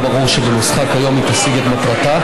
אך לא ברור שבנוסחה כיום היא תשיג את מטרתה,